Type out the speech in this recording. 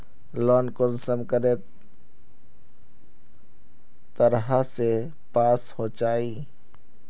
Loan कुंसम करे तरह से पास होचए?